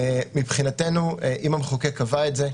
מבחינתנו אם המחוקק קבע את זה,